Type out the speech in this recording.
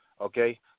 Okay